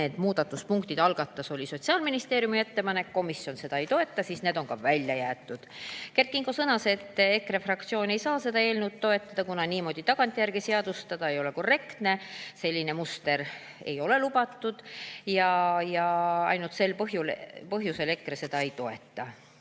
need punktid olid Sotsiaalministeeriumi ettepanekus ja komisjon seda ei toetanud, siis need said ka välja jäetud. Kert Kingo sõnas, et EKRE fraktsioon ei saa seda eelnõu toetada, kuna niimoodi tagantjärele seadustada ei ole korrektne, selline muster ei ole lubatud ja ainult sel põhjusel EKRE seda ei toeta.